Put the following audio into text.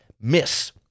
miss